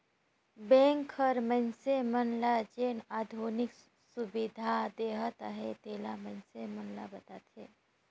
bank हर मइनसे मन ल जेन आधुनिक सुबिधा देहत अहे तेला मइनसे मन ल बताथे